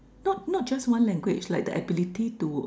not not just one language like the ability to